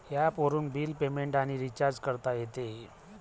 ॲपवरून bill payment आणि recharge करता येते